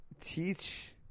teach